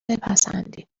بپسندین